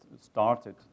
started